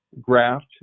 graft